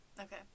Okay